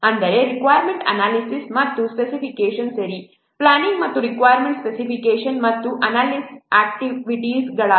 ಅಂದರೆ requirement analysis ಮತ್ತು specification ಸರಿ ಪ್ಲಾನಿಂಗ್ ಮತ್ತು ರಿಕ್ವಾಯರ್ಮೆಂಟ್ ಸ್ಪೆಸಿಫಿಕೇಷನ್ ಮತ್ತು ಅನಾಲಿಸಿಸ್ ಆಕ್ಟಿವಿಟೀಸ್ಗಳಾಗಿವೆ